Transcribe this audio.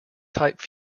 type